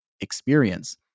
experience